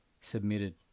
submitted